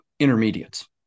Intermediates